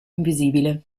invisibile